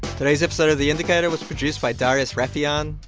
today's episode of the indicator was produced by darius rafieyan.